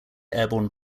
airborne